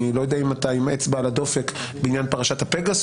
אני לא יודע אם אתה עם אצבע על הדופק בעניין פרשת "פגסוס",